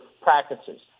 practices